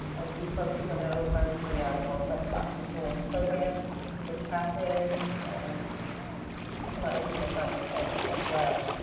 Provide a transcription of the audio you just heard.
as most people know runs the northwest crops and soils program with catherine and some other people from extension as well.